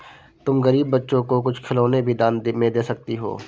तुम गरीब बच्चों को कुछ खिलौने भी दान में दे सकती हो